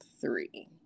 three